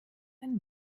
ein